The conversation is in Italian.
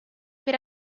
per